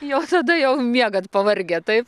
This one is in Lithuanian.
jo tada jau miegat pavargę taip